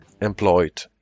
employed